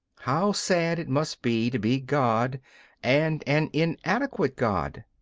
how sad it must be to be god and an inadequate god!